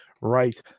right